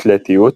אתלטיות,